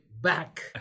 back